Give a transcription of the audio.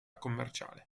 commerciale